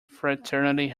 fraternity